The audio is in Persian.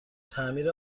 تعمیر